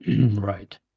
right